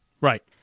right